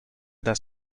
das